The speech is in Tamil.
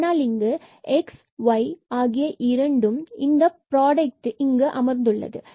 ஆனால் இங்கு x y இரண்டும் இந்தப் புராக்டட் அமர்ந்துள்ளது